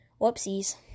Whoopsies